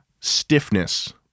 stiffness